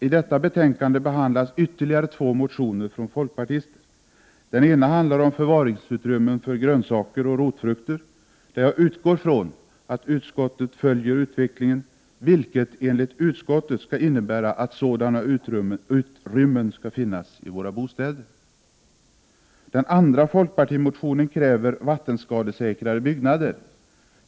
I detta betänkande behandlas ytterligare två motioner från folkpartister. Den ena handlar om förvaringsutrymmen för grönsaker och rotfrukter, där jag utgår från att utskottet följer utvecklingen, vilket enligt utskottet skall innebära att sådana utrymmen skall finnas i våra bostäder. I den andra folkpartimotionen krävs det vattenskadesäkrare byggnader.